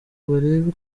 barebe